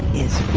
is